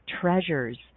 treasures